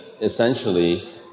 essentially